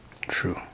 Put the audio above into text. True